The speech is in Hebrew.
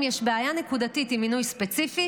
אם יש בעיה נקודתית עם מינוי ספציפי,